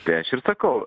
tai aš ir sakau